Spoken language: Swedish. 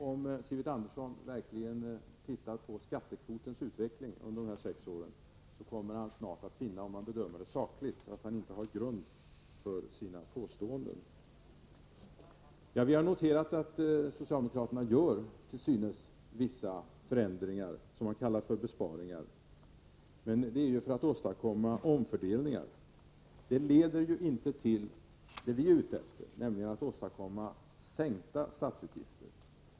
Om Sivert Andersson verkligen ser på skattekvotens utveckling under dessa sex år kommer han snart att finna, om han bedömer den sakligt, att han inte har grund för sina påståenden. Vi har noterat att socialdemokraterna till synes gör vissa förändringar, som de kallar besparingar, men detta sker för att åstadkomma omfördelningar. Dessa förändringar leder inte till det vi är ute efter, nämligen att åstadkomma sänkta statsutgifter.